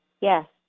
Yes